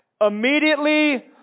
Immediately